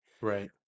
Right